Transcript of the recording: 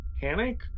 panic